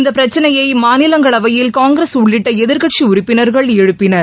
இந்தப் பிரச்னையை மாநிலங்களவையில் காங்கிரஸ் உள்ளிட்ட எதிர்க்கட்சி உறுப்பினர்கள் எழுப்பினர்